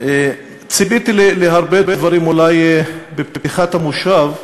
ציפיתי להרבה דברים, אולי, בפתיחת המושב,